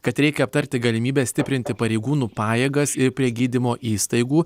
kad reikia aptarti galimybę stiprinti pareigūnų pajėgas ir prie gydymo įstaigų